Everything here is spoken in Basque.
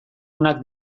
onak